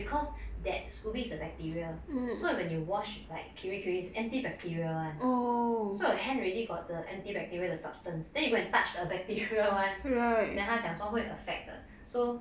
because that scoby is a bacteria so when you wash like kirei kirei is antibacterial [one] oh so your hand already got the antibacterial the substance then you go and touch the bacteria [one] then 他讲说会 affect 的 so